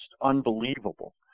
unbelievable